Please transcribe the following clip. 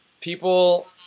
People